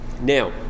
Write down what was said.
Now